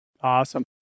Awesome